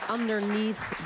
Underneath